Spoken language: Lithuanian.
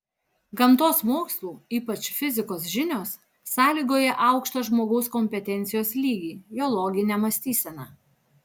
gamtos mokslų ypač fizikos žinios sąlygoja aukštą žmogaus kompetencijos lygį jo loginę mąstyseną